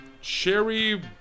Cherry